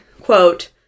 quote